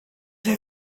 have